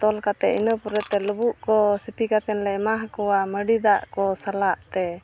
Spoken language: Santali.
ᱛᱚᱞ ᱠᱟᱛᱮᱫ ᱤᱱᱟᱹ ᱯᱚᱨᱮᱛᱮ ᱞᱩᱵᱩᱜ ᱠᱚ ᱥᱤᱯᱤ ᱠᱟᱛᱮᱫ ᱞᱮ ᱮᱢᱟ ᱠᱚᱣᱟ ᱢᱟᱺᱰᱤ ᱫᱟᱜ ᱠᱚ ᱥᱟᱞᱟᱜᱼᱛᱮ